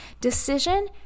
decision